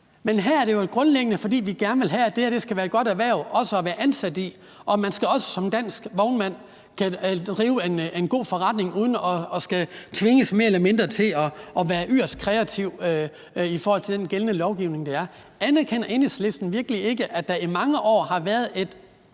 Men her handler det vel grundlæggende om, at vi gerne vil have, at det her også skal være et godt erhverv at være ansat i. Man skal også som dansk vognmand drive en god forretning uden mere eller mindre at skulle tvinges til at være yderst kreativ i forhold til den gældende lovgivning. Anerkender Enhedslisten virkelig ikke, at der i mange år har været et